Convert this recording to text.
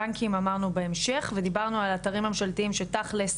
בנקים אמרנו בהמשך ודיברנו על האתרים הממשלתיים שתכלס,